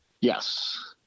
yes